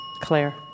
Claire